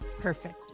Perfect